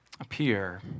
appear